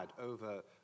over